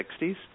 1960s